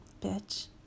Bitch